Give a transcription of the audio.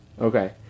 Okay